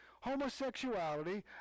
Homosexuality